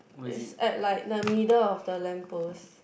is at like the middle of the lamp post